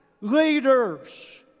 leaders